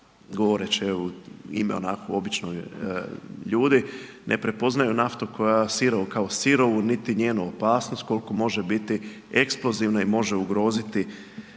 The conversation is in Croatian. govoreći u ime običnih ljudi ne prepoznaju naftu koja, sirovu kao sirovu, niti njenu opasnost koliko može biti eksplozivna i može ugroziti